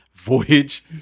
Voyage